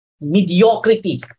mediocrity